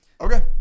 Okay